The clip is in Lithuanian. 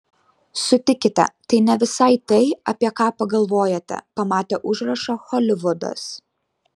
sutikite tai ne visai tai apie ką pagalvojate pamatę užrašą holivudas